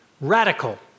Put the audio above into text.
radical